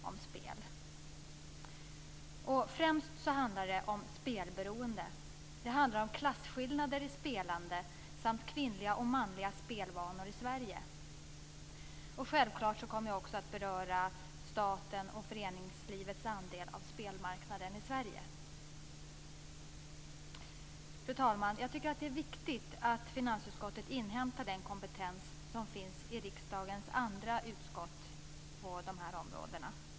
Det handlar främst om spelberoende, om klasskillnader i spelandet samt om manliga och kvinnliga spelvanor i Sverige. Självklart kommer jag också att beröra statens och föreningslivets andel av spelmarknaden i Sverige. Fru talman! Det är viktigt att finansutskottet inhämtar den kompetens som finns på det här området i riksdagens övriga utskott.